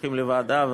שולחים לוועדה,